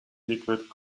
liquid